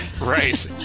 Right